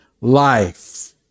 life